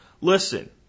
Listen